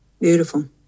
Beautiful